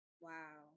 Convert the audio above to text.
Wow